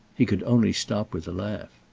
he could only stop with a laugh.